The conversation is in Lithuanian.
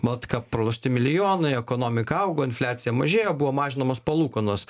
baltcap pralošti milijonai ekonomika augo infliacija mažėjo buvo mažinamos palūkanos